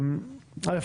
א',